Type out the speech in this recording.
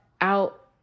out